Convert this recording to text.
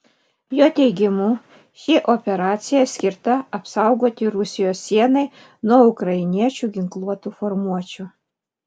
jo teigimu ši operacija skirta apsaugoti rusijos sienai nuo ukrainiečių ginkluotų formuočių